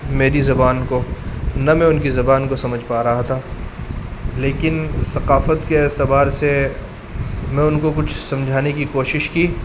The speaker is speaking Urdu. میری زبان کو نہ میں ان کی زبان کو سمجھ پا رہا تھا لیکن ثقافت کے اعتبار سے میں ان کو کچھ سمجھانے کی کوشش کی